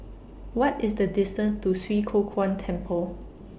What IS The distance to Swee Kow Kuan Temple